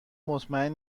مطمئن